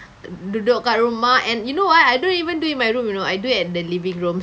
duduk kat rumah and you know what I don't even do in my room you know I do at the living room